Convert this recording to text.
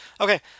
Okay